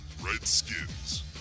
Redskins